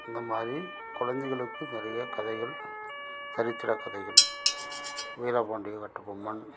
இந்த மாதிரி குழந்தைகளுக்கு நிறைய கதைகள் சரித்திர கதைகள் வீரபாண்டிய கட்ட பொம்மன்